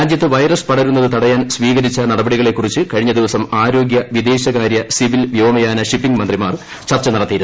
രാജ്യത്ത് വൈറസ് പട്ടരു്ന്നത് തടയാൻ സ്വീകരിച്ച നടപടികളെകുറിച്ച് കഴിഞ്ഞ് ദിവസം ആരോഗൃ വിദേശകാര്യ സിവിൽവ്യോമയാന് ഷിപ്പിംഗ് മന്ത്രിമാർ ചർച്ച നടത്തിയിരുന്നു